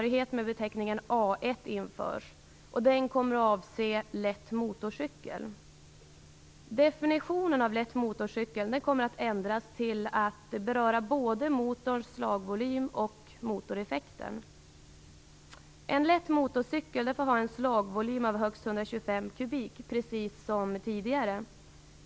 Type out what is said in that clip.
införs. Den kommer att avse lätt motorcykel. Definitionen av lätt motorcykel kommer att ändras till att beröra både motorns slagvolym och motoreffekten.